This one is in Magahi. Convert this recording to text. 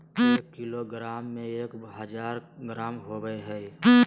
एक किलोग्राम में एक हजार ग्राम होबो हइ